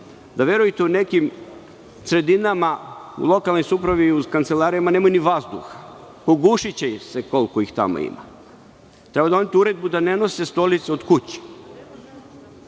da, verujte, u nekim sredinama u lokalnoj samoupravi i u kancelarijama nemaju ni vazduh. Pogušiće se koliko ih tamo ima. Treba doneti uredbu da ne nose stolice od kuće. To